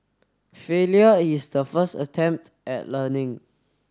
failure is the first attempt at learning